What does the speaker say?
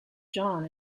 john